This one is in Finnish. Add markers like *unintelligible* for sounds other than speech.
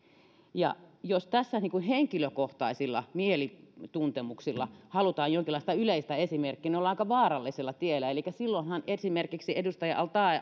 jos tässä niin kuin henkilökohtaisilla mielituntemuksilla halutaan jonkinlaista yleistä esimerkkiä ollaan aika vaarallisella tiellä elikkä silloinhan esimerkiksi edustaja al taee *unintelligible*